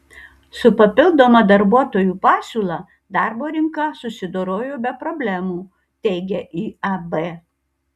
su papildoma darbuotojų pasiūla darbo rinka susidorojo be problemų teigia iab